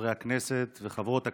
חברי הכנסת וחברות הכנסת,